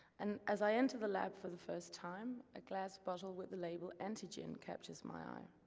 and as i entered the lab for the first time, a glass bottle with the label anty gin captures my eye.